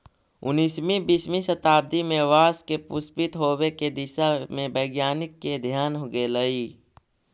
उन्नीसवीं बीसवीं शताब्दी में बाँस के पुष्पित होवे के दिशा में वैज्ञानिक के ध्यान गेलई